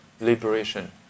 liberation